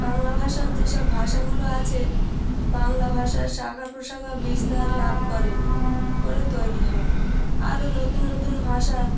বাংলা ভাষার যে সব ভাষাগুলো আছে বাংলা ভাষার শাখা প্রশাখা বিস্তার লাভ করে করে তৈরি হয় আরও নতুন নতুন ভাষা